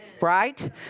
right